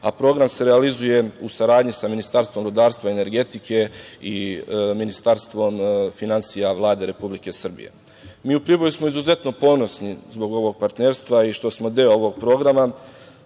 a program se realizuje u saradnji sa Ministarstvom rudarstva i energetike i Ministarstvom finansija Vlade Republike Srbije. Mi u Priboju smo izuzetno ponosni zbog ovog partnerstva i što smo deo ovog programa,